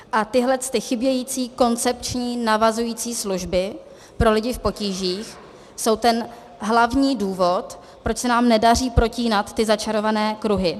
A tyhlety chybějící koncepční navazující služby pro lidi v potížích jsou ten hlavní důvod, proč se nám nedaří protínat ty začarované kruhy.